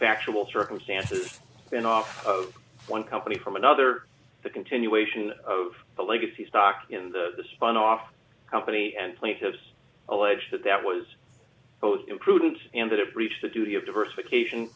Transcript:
factual circumstances spinoff of one company from another the continuation of the legacy stock in the spun off company and plaintiffs allege that that was imprudent and that it breached the duty of diversification